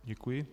Děkuji.